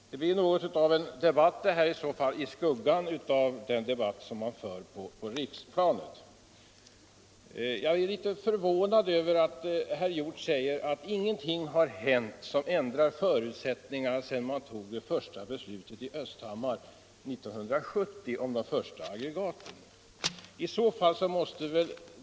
Det blir i så fall något av en debatt i skuggan av den som man för på riksplanet. Jag är litet förvånad över att herr Hjorth säger att ingenting har hänt som ändrar förutsättningarna sedan man tog det första beslutet 1970 om de första aggregaten i Östhammar.